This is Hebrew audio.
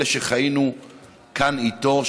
אלה שחיינו כאן איתו,